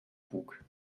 bug